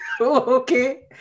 okay